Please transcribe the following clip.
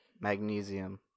Magnesium